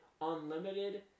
unlimited